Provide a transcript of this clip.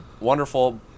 wonderful